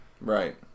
Right